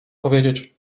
powiedzieć